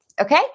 Okay